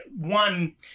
one